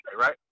right